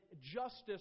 justice